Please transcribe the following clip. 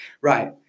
right